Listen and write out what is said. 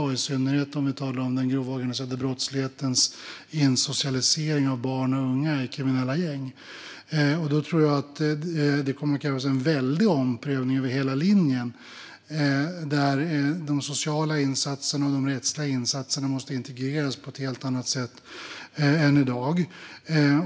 Det gäller i synnerhet om vi talar om den grova organiserade brottslighetens insocialisering av barn och unga i kriminella gäng. Jag tror att det kommer att krävas en väldig omprövning över hela linjen, där de sociala insatserna och de rättsliga insatserna måste integreras på ett helt annat sätt än i dag.